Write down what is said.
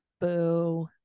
Boo